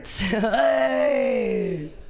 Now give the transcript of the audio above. Hey